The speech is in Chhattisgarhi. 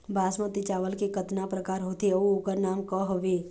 बासमती चावल के कतना प्रकार होथे अउ ओकर नाम क हवे?